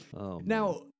Now